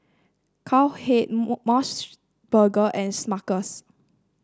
Cowhead MOS burger and Smuckers